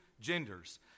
genders